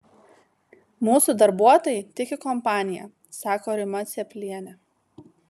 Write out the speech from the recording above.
mūsų darbuotojai tiki kompanija sako rima cėplienė